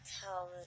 Tell